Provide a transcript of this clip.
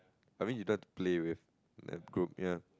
I mean you don't have to play with a group ya